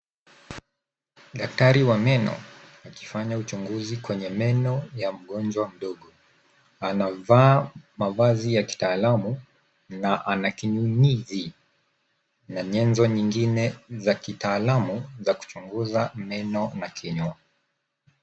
Daktari wa meno akifanya uchunguzi kwenye meno ya mgonjwa mdogo. Anavaa mavazi ya kitaalamu na ana kinyunyizi na nyenzo nyingine za kitaalamu za kuchunguza meno na kinywa.